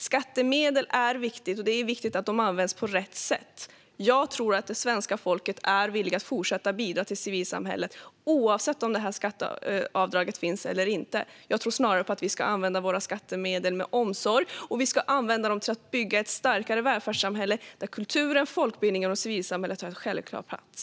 Skattemedel är viktiga, och det är viktigt att de används på rätt sätt. Jag tror att det svenska folket är villigt att fortsätta bidra till civilsamhället oavsett om detta skatteavdrag finns eller inte. Jag tror snarare på att använda våra skattemedel med omsorg. Vi ska använda dem till att bygga ett starkare välfärdssamhälle där kulturen, folkbildningen och civilsamhället har en självklar plats.